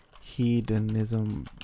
Hedonism